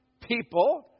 people